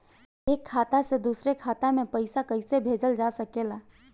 एक खाता से दूसरे खाता मे पइसा कईसे भेजल जा सकेला?